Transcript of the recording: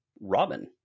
Robin